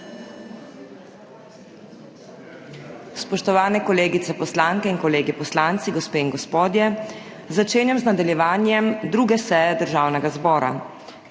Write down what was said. Spoštovani kolegice poslanke in kolegi poslanci, gospe in gospodje! Začenjam z nadaljevanjem 2. seje Državnega zbora.